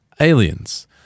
aliens